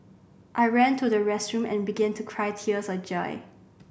I ran to the restroom and began to cry tears of joy